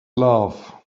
love